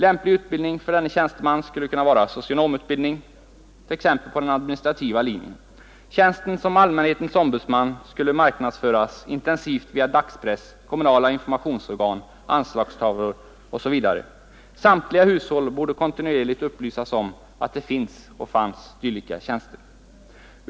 Lämplig utbildning för denne tjänsteman skulle kunna vara socionomutbildning, t.ex. på den administrativa linjen. Tjänsten som allmänhetens ombudsman skulle marknadsföras intensivt via dagspress, kommunala informationsorgan, anslagstavlor osv. Samtliga hushåll borde kontinuerligt upplysas om att det fanns dylika tjänster.